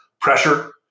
Pressure